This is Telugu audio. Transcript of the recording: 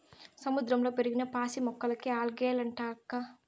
సముద్రంలో పెరిగిన పాసి మొక్కలకే ఆల్గే లంటారక్కా